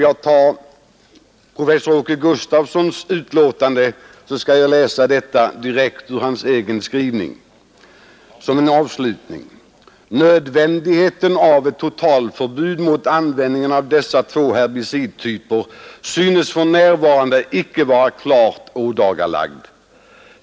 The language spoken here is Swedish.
Jag läser vidare direkt ur professor Åke Gustafssons utlåtande: ”Nödvändigheten av ett totalförbud mot användning av dessa två herbicidtyper synes för närvarande icke vara klart ådagalagd.